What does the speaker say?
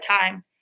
time